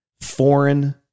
foreign